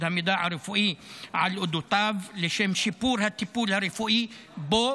המידע הרפואי על אודותיו לשם שיפור הטיפול הרפואי בו,